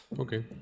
Okay